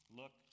look